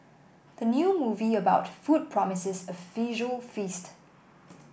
the new movie about food promises a visual feast